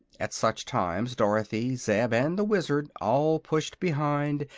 at such times dorothy, zeb and the wizard all pushed behind,